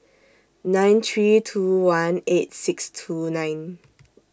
nine three two one eight six two nine